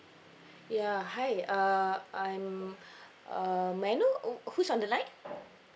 ya hi uh I'm uh may I know uh who's on the line